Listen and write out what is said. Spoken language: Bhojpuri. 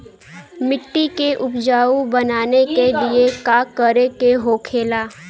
मिट्टी के उपजाऊ बनाने के लिए का करके होखेला?